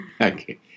Okay